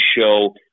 show